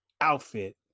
outfit